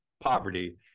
poverty